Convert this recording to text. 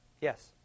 Yes